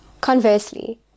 conversely